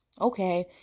Okay